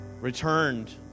returned